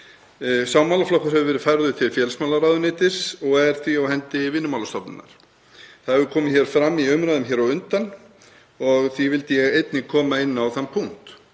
Sá málaflokkur hefur verið færður til félags- og vinnumarkaðsráðuneytis og er því á hendi Vinnumálastofnunar. Það hefur komið fram í umræðum hér á undan og því vildi ég einnig koma inn á þann punkt